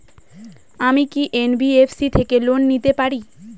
আমি কি এন.বি.এফ.সি থেকে লোন নিতে পারি?